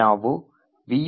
ನಾವು vuln